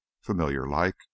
familiar-like